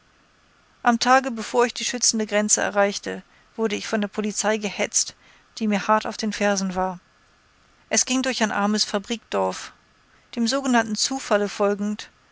am tage bevor ich die schützende grenze erreichte wurde ich von der polizei gehetzt die mir hart auf den fersen war es ging durch ein armes fabrikdorf dem sogenannten zufalle folgend